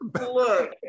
Look